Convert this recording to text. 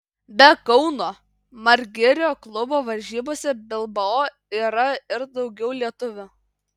be kauno margirio klubo varžybose bilbao yra ir daugiau lietuvių